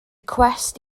cwest